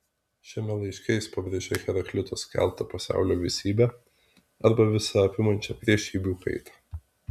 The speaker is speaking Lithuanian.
šiame laiške jis pabrėžia heraklito skelbtą pasaulio visybę arba visą apimančią priešybių kaitą